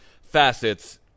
facets